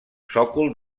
sòcol